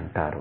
అంటారు